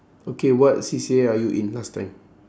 okay what C_C_A are you in last time